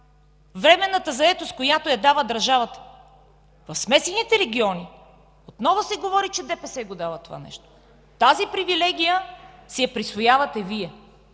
временната заетост, която я дава държавата? В смесените региони отново се говори, че ДПС дава това нещо. Тази привилегия си я присвоявате Вие.